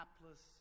hapless